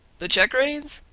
the check-reins?